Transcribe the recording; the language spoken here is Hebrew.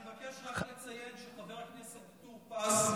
אני מבקש רק לציין שחבר הכנסת טור פז,